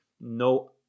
no